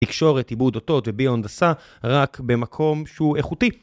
תקשורת עיבוד אוץות וביו הנדסה רק במקום שהוא איכותי.